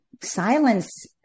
silence